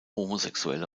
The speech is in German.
homosexuelle